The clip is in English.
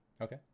Okay